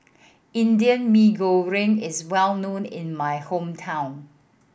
Indian Mee Goreng is well known in my hometown